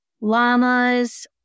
llamas